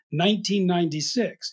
1996